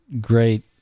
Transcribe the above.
great